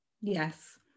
yes